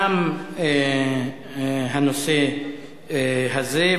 תם הנושא הזה.